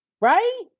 right